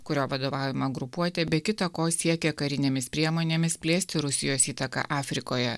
kurio vadovaujama grupuotė be kita ko siekė karinėmis priemonėmis plėsti rusijos įtaką afrikoje